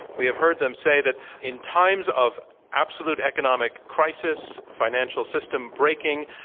we have heard them say that in times of absolute economic crisis, financial system breaking,